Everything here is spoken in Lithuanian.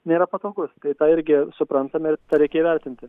nėra patogus tai tą irgi suprantame ir tą reikia įvertinti